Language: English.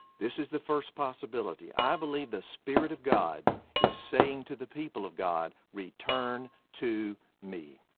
this is the first possibility. i believe the spirit of god is saying to the people of god return to me.